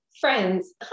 Friends